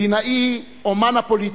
מדינאי, אומן הפוליטיקה,